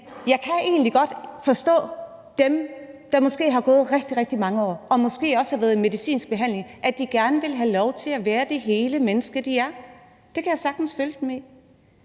Jeg kan egentlig godt forstå, at dem, der måske har gået rigtig, rigtig mange år og måske også været i medicinsk behandling, gerne vil have lov til at være det hele menneske, de er. Det kan jeg sagtens følge dem i.